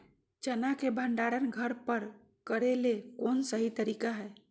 चना के भंडारण घर पर करेले कौन सही तरीका है?